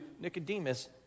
Nicodemus